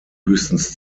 höchstens